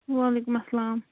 وعلیکُم اَسلام